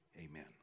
Amen